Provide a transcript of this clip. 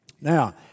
Now